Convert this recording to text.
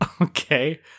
Okay